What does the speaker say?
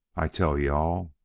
i tell you-all